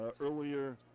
earlier